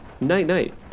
Night-night